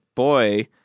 Boy